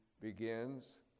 begins